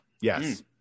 Yes